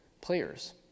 players